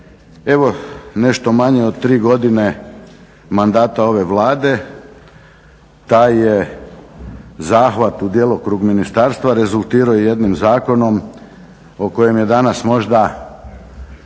Evo, nešto manje od 3 godine mandata ove Vlade, taj je zahvat u djelokrug ministarstva rezultirao i jednim zakonom o kojem je danas možda